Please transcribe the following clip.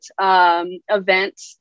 event